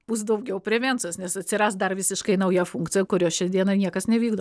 bus daugiau prevencijos nes atsiras dar visiškai nauja funkcija kurios šiandieną niekas nevykdo